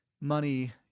money